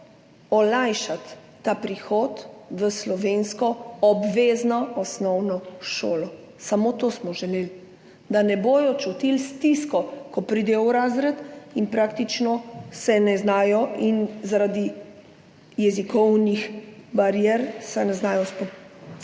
olajšati ta prihod v slovensko obvezno osnovno šolo. Samo to smo želeli. Da ne bodo čutili stiske, ko pridejo v razred in se praktično zaradi jezikovnih barier ne znajo sporazumevati